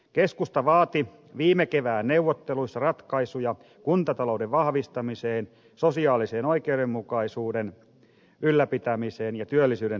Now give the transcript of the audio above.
keskusta vaati viime kevään neuvotteluissa ratkaisuja kuntatalouden vahvistamiseen sosiaalisen oikeudenmukaisuuden ylläpitämiseen ja työllisyyden tukemiseen